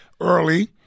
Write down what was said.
early